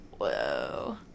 Whoa